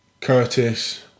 Curtis